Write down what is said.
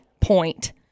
point